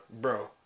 bro